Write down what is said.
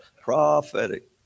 Prophetic